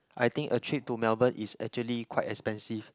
I think a trip to Melbourne is actually quite expensive